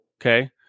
okay